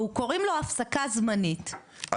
וקוראים לו הפסקה זמנית,